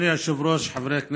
אדוני היושב-ראש, חברי הכנסת,